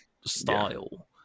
style